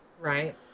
right